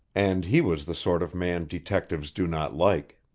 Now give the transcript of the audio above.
and he was the sort of man detectives do not like.